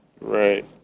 Right